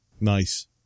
Nice